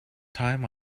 time